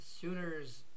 Sooners